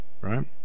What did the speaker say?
right